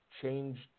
Changed